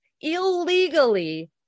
illegally